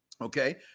Okay